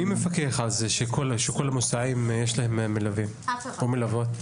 מי מפקח על זה שכל המוסעים יש להם מלווים או מלוות?